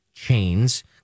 Chains